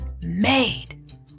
made